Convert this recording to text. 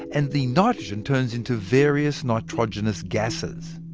and the nitrogen turns into various nitrogenous gases.